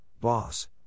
Boss